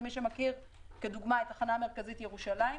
למי שמכיר כדוגמה את התחנה המרכזית בירושלים,